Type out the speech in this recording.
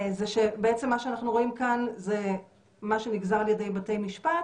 מה שאנחנו רואים כאן זה מה שנגזר על ידי בתי משפט